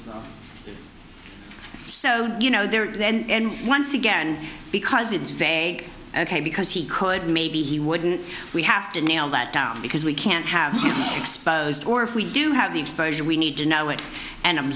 roof so you know they're there and once again because it's vague ok because he could maybe he would we have to nail that down because we can't have it exposed or if we do have the exposure we need to know it and